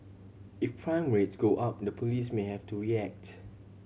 if prime rates go up in the police may have to react